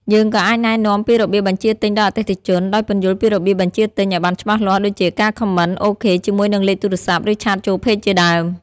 យើងក៏អាចណែនាំពីរបៀបបញ្ជាទិញដល់អតិថិជន ដោយពន្យល់ពីរបៀបបញ្ជាទិញឲ្យបានច្បាស់លាស់ ដូចជា ការ Comment OK ជាមួយនឹងលេខទូរស័ព្ទ ឬឆាតចូល Page ជាដើម។